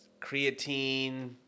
creatine